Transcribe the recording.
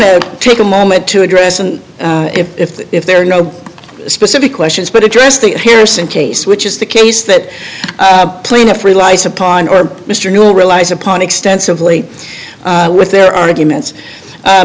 to take a moment to address and if if if there are no specific questions but address the pearson case which is the case that the plaintiff relies upon or mr newell relies upon extensively with their arguments